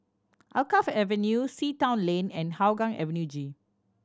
Alkaff Avenue Sea Town Lane and Hougang Avenue G